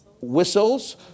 whistles